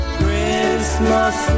christmas